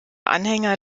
anhänger